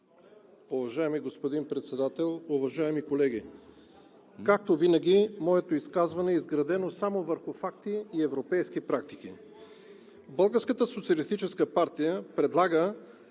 Уважаеми господин Председател, уважаеми колеги! Както винаги, моето изказване е изградено само върху факти и европейски практики. „Българската социалистическа партия“ предлага